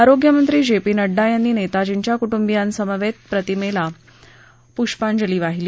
आरोग्यमंत्री J P Nadda यांनी नेताजींच्या कुटुंबियांसमवेत प्रतिमेला पुष्पांजली वाहिली